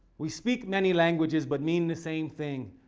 we speak many languages, but mean the same thing.